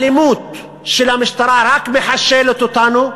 האלימות של המשטרה רק מחשלת אותנו,